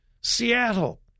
Seattle